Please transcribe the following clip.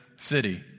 city